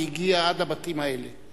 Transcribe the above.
שהגיעה עד הבתים האלה.